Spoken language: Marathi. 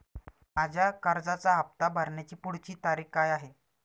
माझ्या कर्जाचा हफ्ता भरण्याची पुढची तारीख काय आहे?